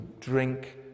drink